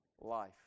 life